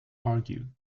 argued